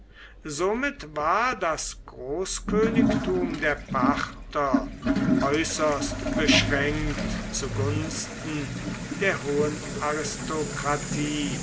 somit war das großkönigtum der parther äußerst beschränkt zu gunsten der hohen aristokratie